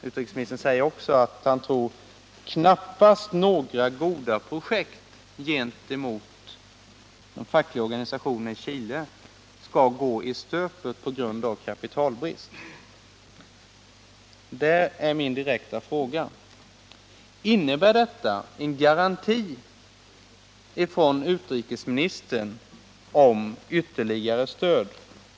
Utrikesministern säger också att han knappast tror att några goda projekt för de fackliga organisationerna i Chile skall gå i stöpet på grund av kapitalbrist. Därför är min direkta fråga: Innebär detta en garanti från utrikesministern om ytterligare åtgärd?